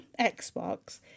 Xbox